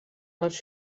les